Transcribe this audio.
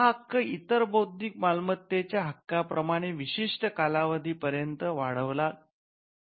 हा हक्क इतर बौद्धिक मालमत्तेच्या हक्कांप्रमाणे विशिष्ट कालावधी पर्यन्त वाढवलेला असतो